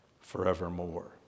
forevermore